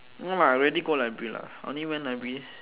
no lah I rarely go library lah I only went library